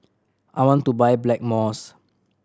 I want to buy Blackmores